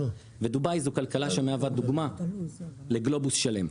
ודובאי זו כלכלה שמהווה דוגמה לגלובוס שלם.